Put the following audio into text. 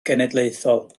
genedlaethol